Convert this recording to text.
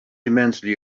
immensely